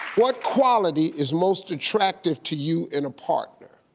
what quality is most attractive to you in a partner?